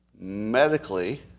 medically